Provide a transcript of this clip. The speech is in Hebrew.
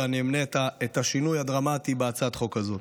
ואמנה את השינוי הדרמטי בהצעת החוק הזאת.